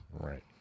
Right